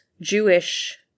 Jewish